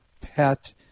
PET